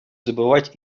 забывать